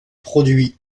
produit